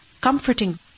comforting